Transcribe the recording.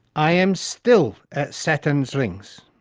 i am still at saturn's rings.